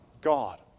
God